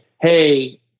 Hey